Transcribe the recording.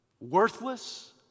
worthless